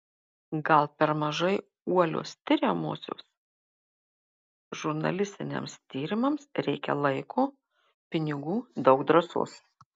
gal per mažai uolios tiriamosios žurnalistiniams tyrimams reikia laiko pinigų daug drąsos